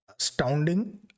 astounding